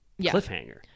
cliffhanger